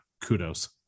Kudos